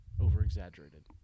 over-exaggerated